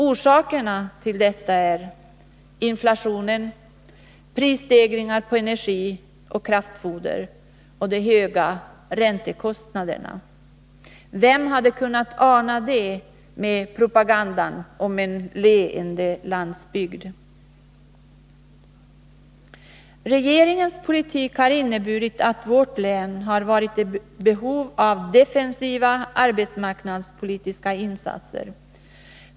Orsakerna till detta är inflationen, prisstegringar på energi och kraftfoder och de höga räntekostnaderna. Vem hade kunnat ana det, med propagandan om en leende landsbygd i minnet? Regeringens politik har inneburit att vårt län har varit i behov av defensiva arbetsmarknadspolitiska insatser.